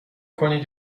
کنید